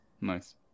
nice